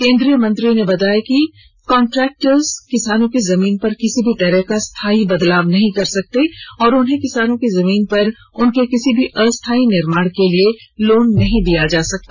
केंद्रीय मंत्री ने बताया कि कांन्ट्रेक्टर्स किसानों की जमीन पर किसी भी तरह का स्थायी बदलाव नहीं कर सकते और उन्हें किसानों की जमीन पर उनके किसी भी अस्थायी निर्माण के लिए लोन नहीं दिया जा सकता